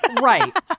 Right